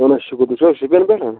اَہَن حظ شُکر تُہۍ چھِو حظ شُپیَن پیٹھ